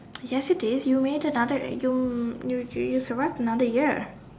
yes it is you made another you you you survived another year